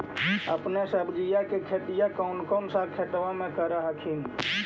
अपने सब्जिया के खेतिया कौन सा खेतबा मे कर हखिन?